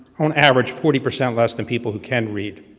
on average, forty percent less than people who can read,